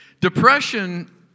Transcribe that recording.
Depression